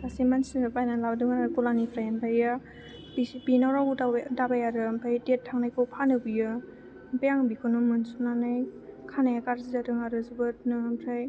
सासे मानसिनिफ्राय बायनानै लाबोदों आरो गलानिफ्राय आमफ्रायो बेनाव रावबो दाबाय आरो आमफ्राय डेट थांनायखौ फानो बियो आमफाय आं बेखौनो मोनसननानै खानाया गाज्रि जादों आरो जोबोदनो आमफ्राय